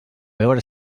veure